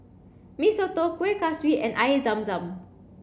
Mee Soto Kueh Kaswi and Air Zam Zam